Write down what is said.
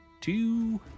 two